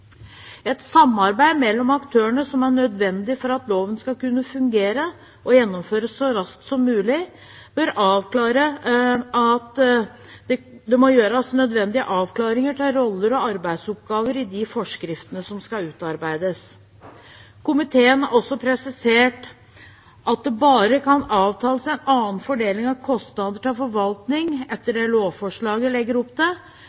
Et samarbeid mellom aktørene er nødvendig for at loven skal kunne fungere og gjennomføres så raskt som mulig, og det må gjøres nødvendige avklaringer av roller og arbeidsoppgaver i de forskriftene som skal utarbeides. Komiteen har også presisert at det bare kan avtales en annen fordeling av kostnader til forvaltning enn det lovforslaget legger opp til,